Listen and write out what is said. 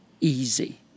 easy